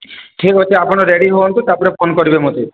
ଠିକ୍ ଅଛି ଆପଣ ରେଡ଼ି ହୁଅନ୍ତୁ ତାପରେ ଫୋନ୍ କରିବେ ମୋତେ